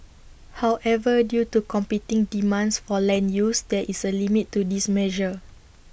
however due to competing demands for land use there is A limit to this measure